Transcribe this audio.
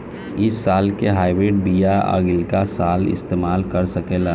इ साल के हाइब्रिड बीया अगिला साल इस्तेमाल कर सकेला?